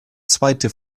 zweite